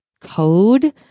code